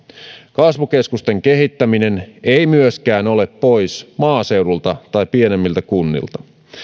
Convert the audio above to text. kasvukeskusten kehittäminen ei myöskään ole pois maaseudulta tai pienemmiltä kunnilta